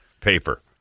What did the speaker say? paper